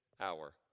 hour